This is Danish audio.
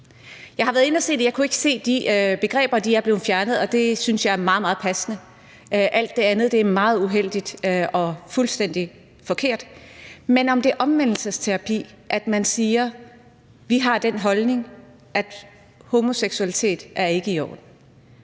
Jeg har været inde og kigge, og jeg kunne ikke se det. De begreber er blevet fjernet, og det synes jeg er meget, meget passende. Alt det andet er meget uheldigt og fuldstændig forkert. Men om det er omvendelsesterapi, at man siger, at man har den holdning, at homoseksualitet ikke er i orden,